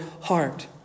heart